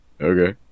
Okay